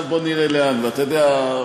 ואתה יודע,